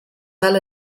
fel